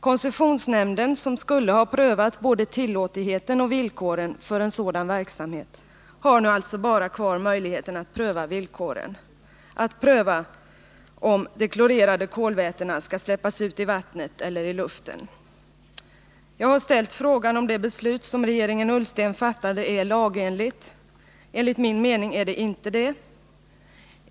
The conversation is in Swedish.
Koncessionsnämnden, som skulle ha prövat både tillåtligheten och villkoren för en sådan verksamhet, har nu alltså kvar bara möjligheten att pröva villkoren, inte möjligheten att pröva om de klorerade kolvätena skall släppas ut i vattnet eller i luften. Jag har ställt frågan om det beslut som regeringen Ullsten fattade är lagenligt. Enligt min mening är det inte det.